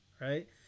right